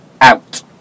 out